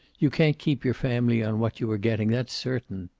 you can't keep your family on what you are getting. that's certain.